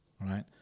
right